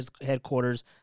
headquarters